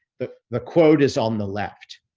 the the quote is on the left.